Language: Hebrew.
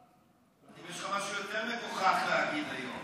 יש לך משהו יותר מגוחך להגיד היום?